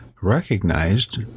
recognized